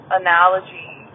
analogy